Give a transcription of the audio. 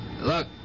Look